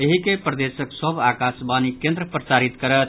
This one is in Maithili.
एहि के प्रदेशक सभ आकाशवाणी केन्द्र प्रसारित करत